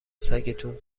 سگتون